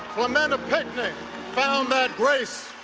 clementa pinckney found that grace.